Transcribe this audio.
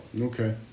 Okay